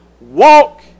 walk